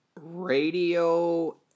Radio